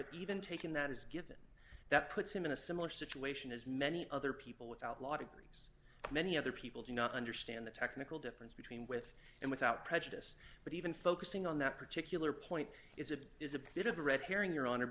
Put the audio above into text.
that even taking that is given that puts him in a similar situation as many other people without law degrees many other people do not understand the technical difference between with and without prejudice but even focusing on that particular point is a is a bit of a red herring your hon